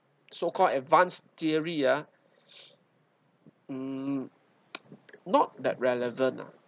so called advanced theory ah um not that relevant ah